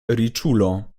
riĉulo